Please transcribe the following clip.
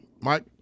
Mike